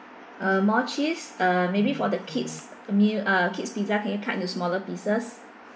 uh more cheese uh maybe for the kids meal uh kids pizza can you cut into smaller pieces